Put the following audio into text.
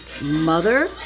Mother